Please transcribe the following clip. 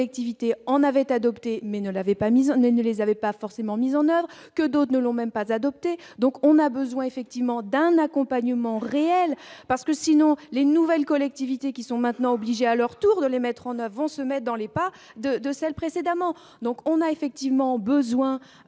collectivités en avait adopté mais ne l'avait pas mis en ne les avaient pas forcément mises en oeuvre que d'autres ne l'ont même pas adopter, donc on a besoin effectivement d'un accompagnement réel parce que sinon les nouvelles collectivités qui sont maintenant obligés, à leur tour, de les mettre en avant, se met dans les pas de de celles précédemment, donc on a effectivement besoin